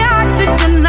oxygen